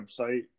website